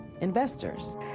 investors